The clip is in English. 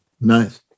nice